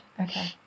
Okay